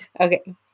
Okay